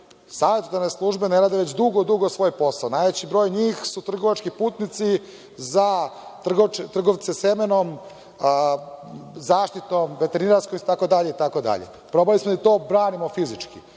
Savetodavne službe ne rade već dugo, dugo svoj posao. Najveći broj njih su trgovački putnici za trgovce semenom, zaštitom veterinarskom itd, itd. Probali smo da im to branimo fizički.